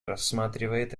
рассматривает